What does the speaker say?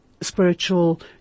spiritual